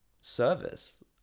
service